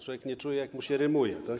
Człowiek nie czuje, jak mu się rymuje, tak?